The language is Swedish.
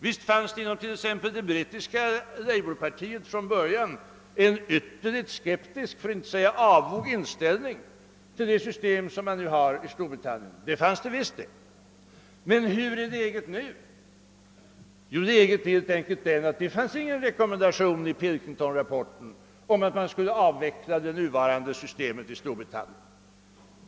Visst fanns det inom det brittiska labourpartiet från början en ytterligt skeptisk, för att inte säga avog, inställning till det system som man nu har i Storbritannien. Men hur är läget nu? Det fanns helt enkelt ingen rekommendation i Pilkington-rapporten om att man skulle avveckla det nuvarande systemet i Storbritannien.